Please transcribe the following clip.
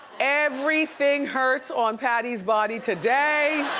everything hurts on patty's body today.